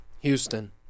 Houston